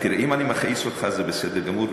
אם אני מכעיס אותך זה בסדר גמור,